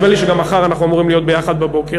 נדמה לי שגם מחר אנחנו אמורים להיות יחד בבוקר,